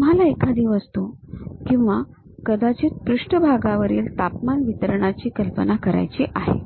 तुम्हाला एखादी वस्तू किंवा कदाचित पृष्ठभागावरील तापमान वितरणाची कल्पना करायची आहे